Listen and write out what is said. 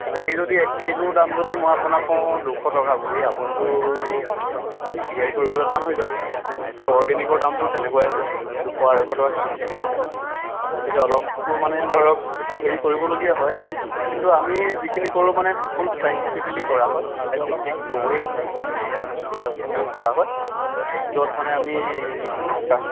বিলাহীৰ যদি এক কিলোৰ দাম যদি মই আপোনাক কও দুশ টকা বুলি আপুনিটো বিয়েৰ কৰিব টানে হৈ যাব ত' অৰগেনিকৰ দামটো তেনেকুৱাই আহিব দুশ আঢ়ৈশ টকা কেজি আহিবগৈ ন গতিকে অলপটো মানে ধৰক হেৰি কৰিবলগীয়া হয় কিন্তু আমি যিখিনি ক'ৰো মানে ফুল চাইণ্টিফিকেলি কৰা হয় চাইণ্টিফিক ৱেত আমাৰ প্ৰডাকশ্যনবোৰ কৰা হয় য'ত মানে আমি